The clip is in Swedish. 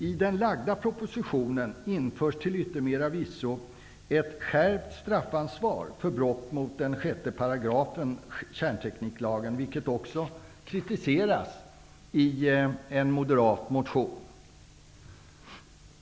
I den framlagda propositionen införs till yttermera visso ett skärpt straffansvar för brott mot 6 § kärntekniklagen, vilket också kritiseras i den moderata motionen.